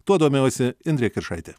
tuo domėjosi indrė kiršaitė